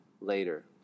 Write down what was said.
later